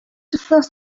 wythnos